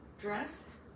dress